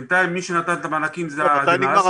בינתיים מי שנתן את המענקים זה הגנ"ס.